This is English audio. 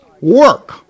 work